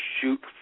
Shoot